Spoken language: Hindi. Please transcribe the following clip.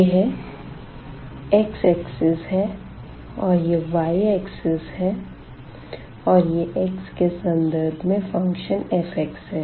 यह x axis है और यह y axis है और यह x के सन्दर्भ में फंक्शन f है